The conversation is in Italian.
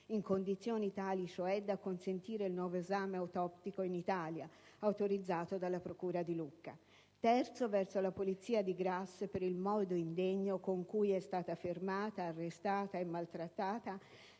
in condizioni tali cioè da consentire il nuovo esame autoptico in Italia, autorizzato dalla procura di Lucca; in terzo luogo, verso polizia di Grasse, per il modo indegno con cui è stata fermata, arrestata e maltrattata